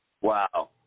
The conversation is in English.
Wow